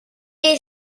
est